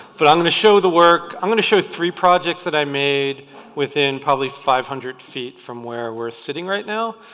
but i'm gonna show the work. i'm gonna show three projects that i made within probably five hundred feet from where we're sitting right now.